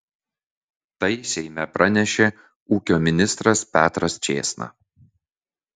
tai seime pranešė ūkio ministras petras čėsna